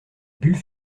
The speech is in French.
bulle